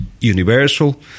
universal